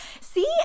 See